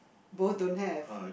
both don't have